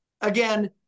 again